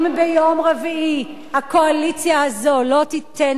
אם ביום רביעי הקואליציה הזאת לא תיתן